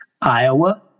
Iowa